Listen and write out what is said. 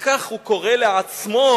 וכך הוא קורא לעצמו,